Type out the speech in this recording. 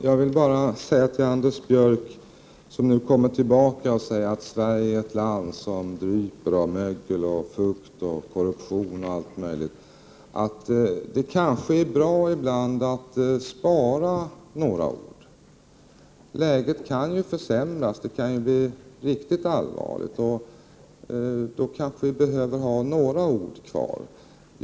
Fru talman! Anders Björck återkommer nu i debatten med att säga att Sverige är ett land som dryper av mögel, fukt, korruption och annat. Det kanske är bra ibland att spara några ord — läget kan ju försämras, det kan bli riktigt allvarligt. Då kanske vi behöver ha några ord kvar.